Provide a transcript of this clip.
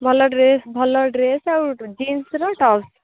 ଭଲ ଡ୍ରେସ୍ ଭଲ ଡ୍ରେସ୍ ଆଉ ଜିନ୍ସ୍